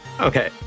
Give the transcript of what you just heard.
okay